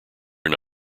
are